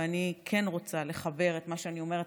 ואני כן רוצה לחבר את מה שאני אומרת